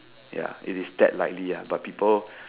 ya it is that likely ah but people